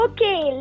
Okay